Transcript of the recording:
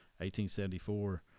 1874